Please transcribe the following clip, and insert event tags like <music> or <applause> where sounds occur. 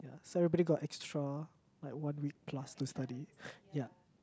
so everybody got extra like one week plus to study <breath> ya